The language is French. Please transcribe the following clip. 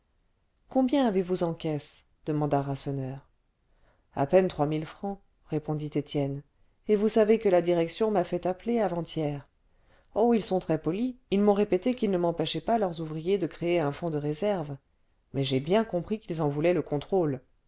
combien avez-vous en caisse demanda rasseneur a peine trois mille francs répondit étienne et vous savez que la direction m'a fait appeler avant-hier oh ils sont très polis ils m'ont répété qu'ils n'empêchaient pas leurs ouvriers de créer un fonds de réserve mais j'ai bien compris qu'ils en voulaient le contrôle